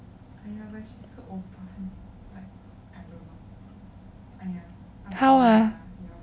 how ah